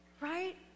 right